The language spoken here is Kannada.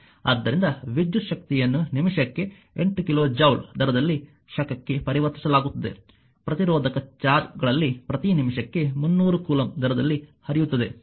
ಆದ್ದರಿಂದ ವಿದ್ಯುತ್ ಶಕ್ತಿಯನ್ನು ನಿಮಿಷಕ್ಕೆ 8 ಕಿಲೋ ಜೌಲ್ ದರದಲ್ಲಿ ಶಾಖಕ್ಕೆ ಪರಿವರ್ತಿಸಲಾಗುತ್ತದೆ ಪ್ರತಿರೋಧಕ ಚಾರ್ಜ್ನಲ್ಲಿ ಪ್ರತಿ ನಿಮಿಷಕ್ಕೆ 300 ಕೂಲಂಬ್ ದರದಲ್ಲಿ ಹರಿಯುತ್ತದೆ